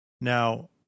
Now